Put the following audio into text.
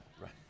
Right